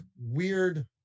weird